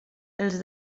els